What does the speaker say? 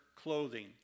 clothing